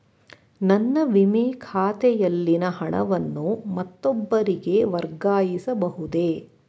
ನನ್ನ ವಿಮೆ ಖಾತೆಯಲ್ಲಿನ ಹಣವನ್ನು ಮತ್ತೊಬ್ಬರಿಗೆ ವರ್ಗಾಯಿಸ ಬಹುದೇ?